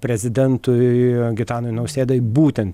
prezidentui gitanui nausėdai būten